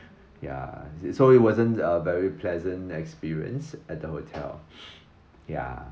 ya so it wasn't a very pleasant experience at the hotel ya